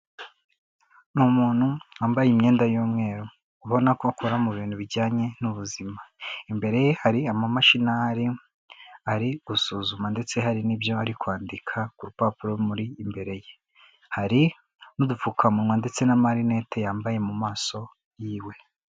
Ni umuntu wambaye imyenda y'umweru ubona ko akora mu bintu bijyanye n'ubuzima. Imbere ye hari amamashini ahari ari gusuzuma ndetse hari n'ibyo ari kwandika ku rupapuro rumuri imbere ye, hari n'udupfukamunwa ndetse n'amarinete yambaye mu maso yiwe.